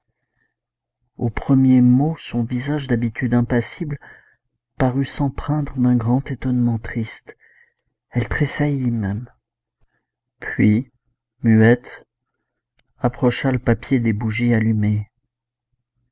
aux premiers mots son visage d'habitude impassible parut s'empreindre d'un grand étonnement triste elle tressaillit même puis muette approcha le papier des bougies allumées